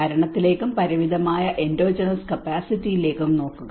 ഭരണത്തിലേക്കും പരിമിതമായ എൻഡോജെനസ് കപ്പാസിറ്റിയിലേക്കും നോക്കുക